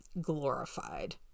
glorified